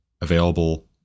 available